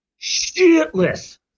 shitless